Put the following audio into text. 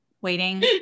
waiting